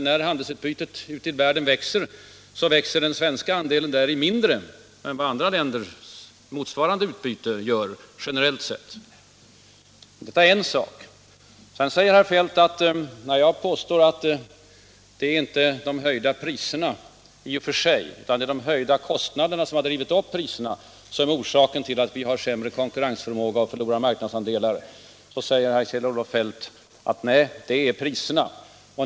När handelsutbytet ute i världen växer, växer den svenska andelen därav mindre än vad andra länders motsvarande andelar gör generellt sett. Detta är en sak. När jag påstår att det inte är de höjda priserna i och för sig utan de ökade kostnaderna, vilka har drivit upp priserna, som är orsaken till vårt försämrade konkurrensläge och våra förlorade marknadsandelar, vidhåller herr Feldt att de höjda priserna är orsaken.